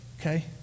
Okay